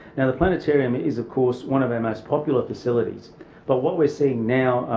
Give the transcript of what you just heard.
and the planetarium is of course one of our most popular facilities but what we're seeing now,